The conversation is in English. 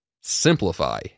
simplify